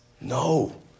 no